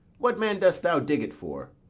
what man dost thou dig it for?